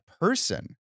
person